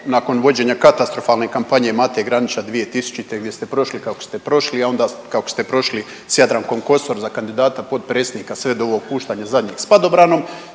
nakon vođenja katastrofalna kampanje Mate Granića 2000. gdje ste prošli kako ste prošli, a onda kako ste prošli sa Jadrankom Kosor za kandidata potpredsjednika sve do ovog puštanja zadnjeg sa padobranom